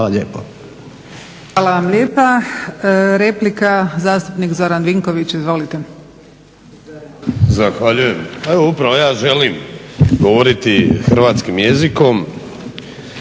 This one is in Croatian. Hvala vam lijepa.